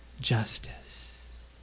justice